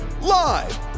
Live